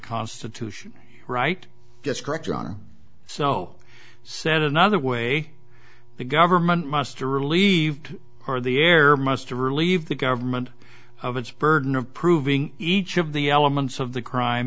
constitution right destruction or so said another way the government must or relieved or the air must to relieve the government of its burden of proving each of the elements of the crime